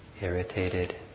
irritated